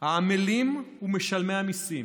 העמלים ומשלמי המיסים,